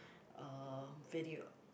uh video